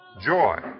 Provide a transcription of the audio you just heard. Joy